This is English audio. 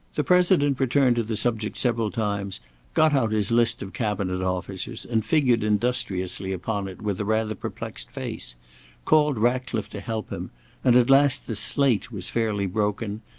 the president returned to the subject several times got out his list of cabinet officers and figured industriously upon it with a rather perplexed face called ratcliffe to help him and at last the slate was fairly broken,